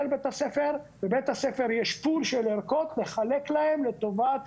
לבית הספר ולבית הספר יש פול של ערכות לחלק להם לטובת